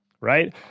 Right